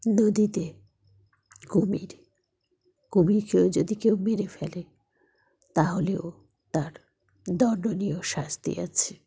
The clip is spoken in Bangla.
নদীতে কুমির কুমির কেউ যদি কেউ মেরে ফেলে তাহলেও তার দণ্ডনীয় শাস্তি আছে